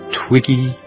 twiggy